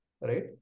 right